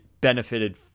benefited